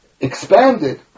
expanded